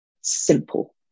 simple